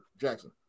Jackson